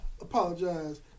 apologize